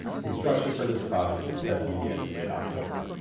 construction for this project is set to begin mid october.